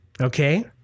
Okay